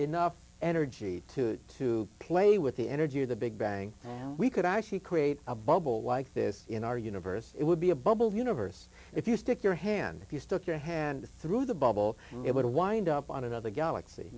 enough energy to to play with the energy of the big bang we could actually create a bubble like this in our universe it would be a bubble universe if you stick your hand if you stuck your hand through the bubble it would wind up on another galaxy